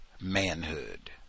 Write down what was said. manhood